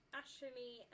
ashley